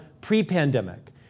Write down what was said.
pre-pandemic